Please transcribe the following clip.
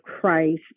Christ